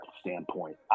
standpoint